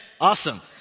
awesome